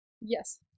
Yes